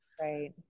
Right